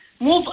move